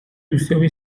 دوستیابی